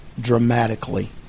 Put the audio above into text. dramatically